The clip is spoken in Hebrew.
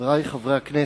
חברי חברי הכנסת,